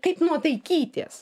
kaip nuotaikytės